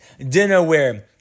dinnerware